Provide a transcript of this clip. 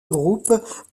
groupe